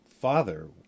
father